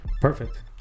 Perfect